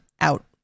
out